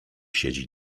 siedzi